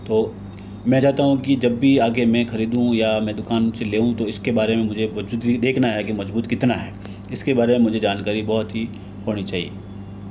तो मैं चाहता हूँ कि जब भी आगे मैं खरीदूँ या मैं दुकान से लेउँ तो इसके बारे में मुझे मज़बूती देखना है कि मज़बूत कितना है इसके बारे में मुझे जानकारी बहुत ही होनी चाहिए